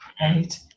Right